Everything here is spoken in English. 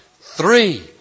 three